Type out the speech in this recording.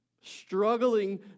struggling